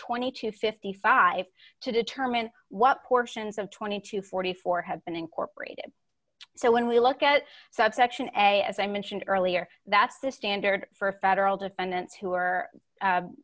twenty to fifty five to determine what portions of twenty to forty four have been incorporated so when we look at subsection a as i mentioned earlier that's the standard for federal defendants who are